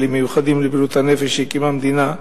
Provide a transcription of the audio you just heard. מיוחדים לבריאות הנפש שהקימה המדינה,